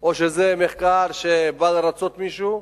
או שזה מחקר שבא לרצות מישהו.